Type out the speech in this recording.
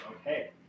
Okay